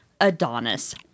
Adonis